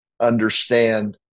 understand